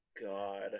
God